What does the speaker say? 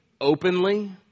openly